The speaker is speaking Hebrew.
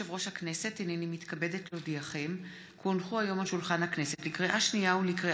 תוכן העניינים מסמכים שהונחו על שולחן הכנסת 8 מזכירת